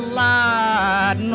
light